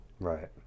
Right